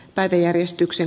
päiväjärjestyksen